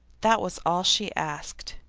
that was all she asked.